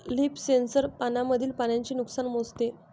leaf sensor पानांमधील पाण्याचे नुकसान मोजते